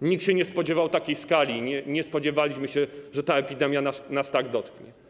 nikt się nie spodziewał takiej skali, nie spodziewaliśmy się, że ta epidemia nas tak dotknie.